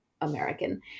American